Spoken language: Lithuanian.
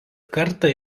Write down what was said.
kartą